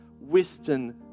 Western